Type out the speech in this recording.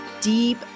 deep